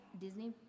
Disney